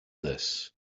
this